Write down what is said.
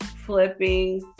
Flipping